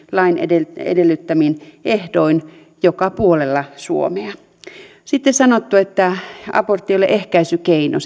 lain edellyttämin ehdoin joka puolella suomea sitten on sanottu että abortti ei ole ehkäisykeino